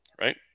right